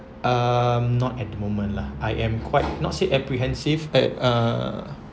um not at the moment lah I am quite not say apprehensive at uh